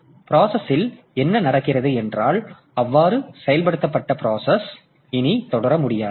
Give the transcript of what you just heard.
பிராஸ்ஸில் என்ன நடக்கிறது என்றால் அவ்வாறு செயல்படுத்தப்பட்ட பிராசஸ் இனி தொடர முடியாது